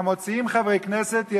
אלא מוציאים חברי כנסת,